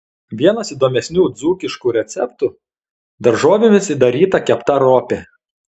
vienas įdomesnių dzūkiškų receptų daržovėmis įdaryta kepta ropė